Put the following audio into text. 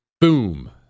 Boom